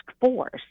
Force